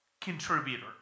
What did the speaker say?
contributor